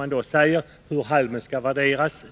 När det gäller hur halmen skall värderas